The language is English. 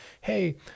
Hey